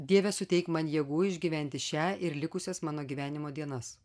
dieve suteik man jėgų išgyventi šią ir likusias mano gyvenimo dienas